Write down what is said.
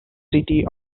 city